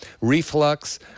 reflux